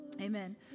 amen